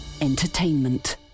Entertainment